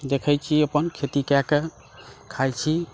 देखै छी अपन खेती कए कऽ खाइ छी